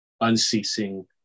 unceasing